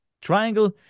triangle